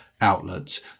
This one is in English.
outlets